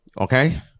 Okay